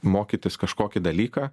mokytis kažkokį dalyką